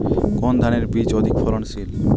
কোন ধানের বীজ অধিক ফলনশীল?